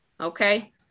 Okay